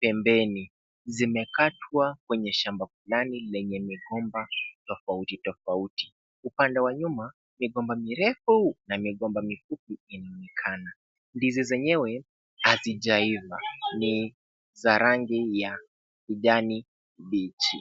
pembeni. Zimekatwa kwenye shamba fulani lenye migomba tofauti tofauti, upande wa nyuma, migomba mirefu na migomba mifupi inaonekana. Ndizi zenyewe hazijaiva ni za rangi ya kijani kibichi.